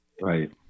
Right